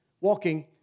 walking